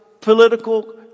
political